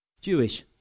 Jewish